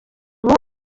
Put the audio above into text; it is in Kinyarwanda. ubu